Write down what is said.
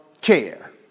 care